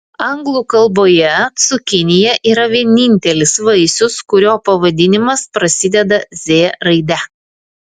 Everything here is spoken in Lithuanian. anglų kalboje cukinija yra vienintelis vaisius kurio pavadinimas prasideda z raide